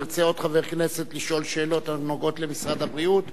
אם ירצה עוד חבר כנסת לשאול שאלות הנוגעות למשרד הבריאות,